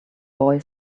boy